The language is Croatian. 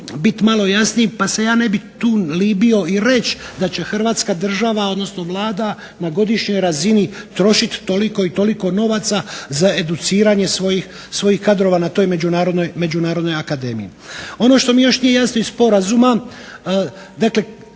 biti malo jasniji pa se ja ne bih tu libio i reći da će Hrvatska država, odnosno Vlada na godišnjoj razini trošiti toliko i toliko novaca za educiranje svojih kadrova na toj Međunarodnoj akademiji. Ono što mi još nije jasno iz sporazuma, dakle